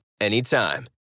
anytime